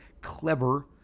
clever